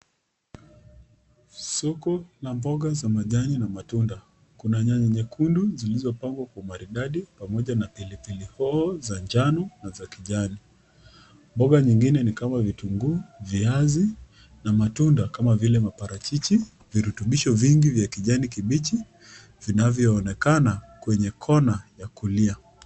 Soko la mboga za majani na matunda, kuna nyanya nyekundu zilizopangwa kwa umaridadi pamoja na pilipili hoho za njano na za kijani. Mboga nyengine ni kama vitunguu, viazi na matunda kama vile maparachichi, virutubisho vingi vya kijani kibichi vinavyoonekana kwenye kona ya kulia .